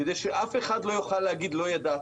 כדי שאף אחד לא יוכל להגיד לא ידעתי,